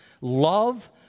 Love